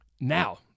Now